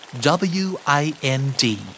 W-I-N-D